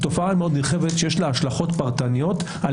היא תופעה מאוד נרחבת שיש לה השלכות פרטניות על